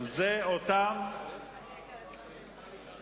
זה אותם גופים